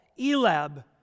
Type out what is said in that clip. Elab